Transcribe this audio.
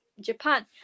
Japan